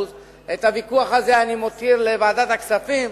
את הוויכוח הזה אני מותיר לוועדת הכספים.